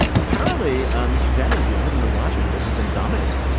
apparently, mr. jennings i haven't been watching but he's been dominating.